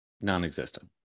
non-existent